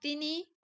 ତିନି